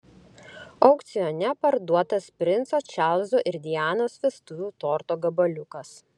aukcione parduotas princo čarlzo ir dianos vestuvių torto gabaliukas